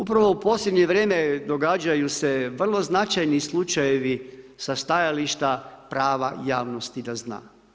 Upravo u posljednje vrijeme događaju se vrlo značajni slučajevi sa stajališta prava javnosti da zna.